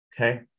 okay